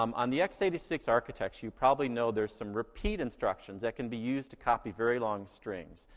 um on the x eight six architecture, you probably know there's some repeat instructions that can be used to copy very long strings.